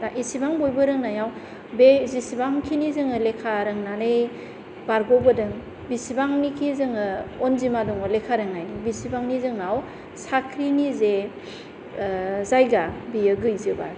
दा इसिबां बयबो रोंनायाव बे इसिबांखिनि जोङो लेखा रोंनानै बारग'बोदों बिसिबांनिखि जोङो अनजिमा दङ लेखा रोंनायनि बेसेबांनि जोंनाव साख्रिनि जायगा बियो गैजोबा